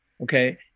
okay